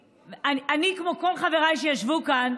כמו כל חבריי שישבו כאן,